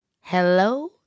Hello